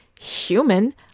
human